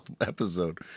episode